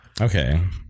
Okay